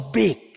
big